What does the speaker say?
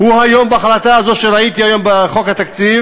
היום, בהחלטה הזאת שראיתי בחוק התקציב,